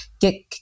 get